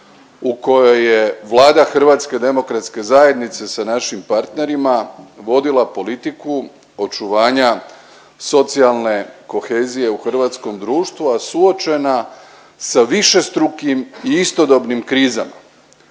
u kojoj je Vlada HDZ-a sa našim partnerima vodila politiku očuvanja socijalne kohezije u hrvatskom društvu, a suočena sa višestrukim i istodobnim krizama.